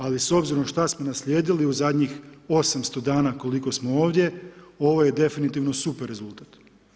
Ali s obzirom što smo naslijedili u zadnjih 800 dana koliko smo ovdje, ovo je definitivno super rezultat.